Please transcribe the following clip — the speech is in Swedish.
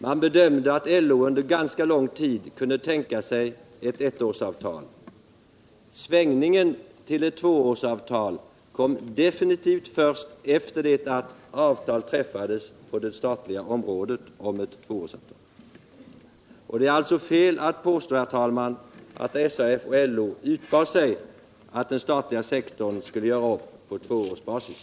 Man bedömde det så, att LO under ganska lång tid tänkte sig ett ettårsavtal. Svängningen till ett tvåårsavtal kom definitivt först efter det att avtal hade träffats på det statliga området. Det är alltså fel att påstå att SAF och LO utbad sig att den statliga sektorn skulle göra upp på tvåårsbasis.